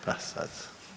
Pa sad.